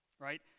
right